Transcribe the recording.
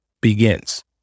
begins